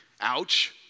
Ouch